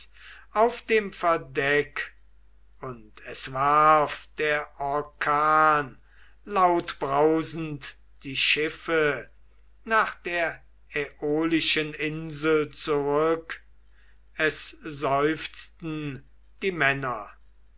auf dem verdeck und es warf der orkan lautbrausend die schiffe nach der aiolischen insel zurück es seufzten die männer